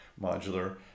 modular